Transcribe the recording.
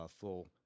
full